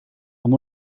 amb